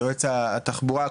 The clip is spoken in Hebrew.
יועץ התחבורה,